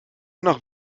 nach